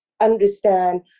understand